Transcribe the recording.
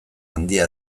handia